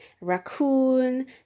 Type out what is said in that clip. raccoon